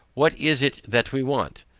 what is it that we want?